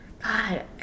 God